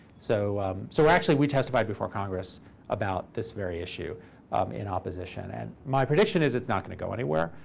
so so actually, we testified before congress about this very issue in opposition. and my prediction is it's not going to go anywhere,